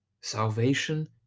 Salvation